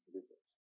Visit